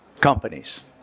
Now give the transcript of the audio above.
companies